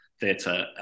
Theatre